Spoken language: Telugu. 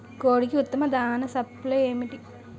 కోడికి ఉత్తమ దాణ సప్లై ఏమిటి?